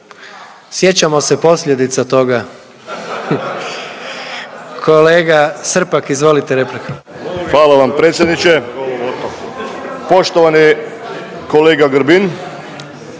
Sjećamo se posljedica toga. Kolega Srpak izvolite, replika. **Srpak, Dražen (HDZ)** Hvala vam predsjedniče. Poštovani kolega Grbin,